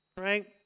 right